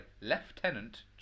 Lieutenant